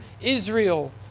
Israel